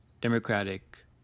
democratic